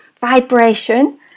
vibration